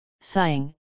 sighing